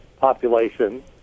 Population